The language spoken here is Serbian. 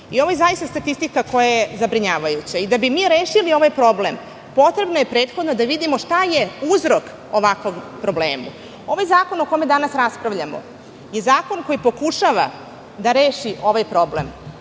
Ovo je zaista statistika koja je zabrinjavajuća. Da bi rešili ovaj problem potrebno je prethodno da vidimo šta je uzrok ovakvom problemu. Ovaj zakon o kome danas raspravljamo je zakon koji pokušava da reši ovaj problem